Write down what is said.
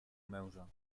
męża